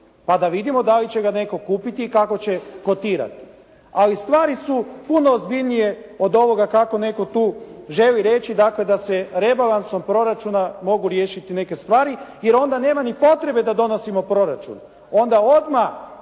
pa da vidimo da li će ga netko kupiti i kako će kotirati. Ali stvari su puno ozbiljnije od ovoga kako netko tu želi reći dakle da se rebalansom proračuna mogu riješiti neke stvari, jer onda nema ni potrebe da donosimo proračun. Onda odmah